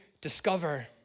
discover